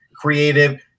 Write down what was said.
creative